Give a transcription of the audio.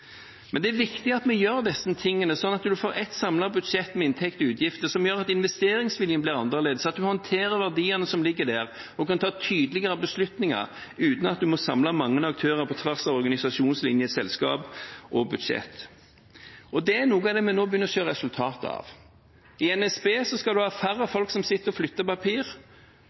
Men det er viktig at vi gjør disse tingene, sånn at man får ett samlet budsjett med inntekter og utgifter som gjør at investeringsviljen blir annerledes, at man håndterer verdiene som ligger der, og kan ta tydeligere beslutninger uten at man må samle mange aktører på tvers av organisasjonslinje, selskap og budsjett. Og det er noe av det vi nå begynner å se resultatet av. I NSB skal man ha færre som sitter og flytter papir